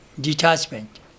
detachment